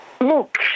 Look